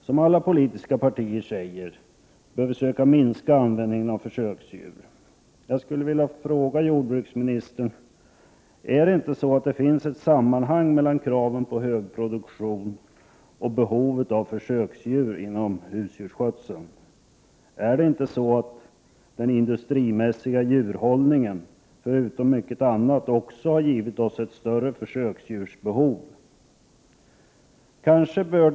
Som alla politiska partier säger bör vi kunna minska användningen av försöksdjur. Jag skulle vilja fråga jordbruksministern om det finns ett samband mellan kraven på hög produktion och behovet av försöksdjur inom husdjursskötseln. Är det inte så att den industrimässiga djurhållningen, förutom mycket annat, också har givit oss ett större behov av försöksdjur?